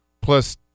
plus